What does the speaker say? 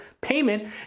payment